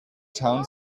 town